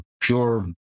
Pure